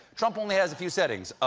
trump only has a few settings.